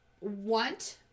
want